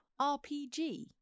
RPG